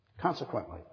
consequently